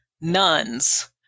nuns